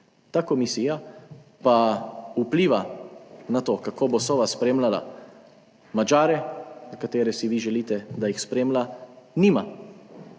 Ta komisija pa vpliva na to, kako bo Sova spremljala Madžare, za katere si vi želite, da jih spremlja, nima.